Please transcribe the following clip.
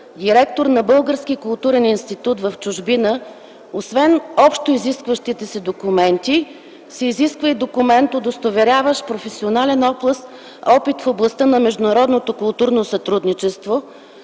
институт в чужбина, освен общо изискващите се документи, се изисква и документ, удостоверяващ професионален опит в областта на международното културно сътрудничество,